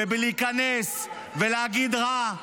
ובלהיכנס ולהגיד רע.